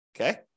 Okay